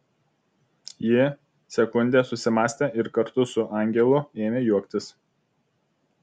ji sekundę susimąstė ir kartu su angelu ėmė juoktis